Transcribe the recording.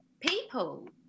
people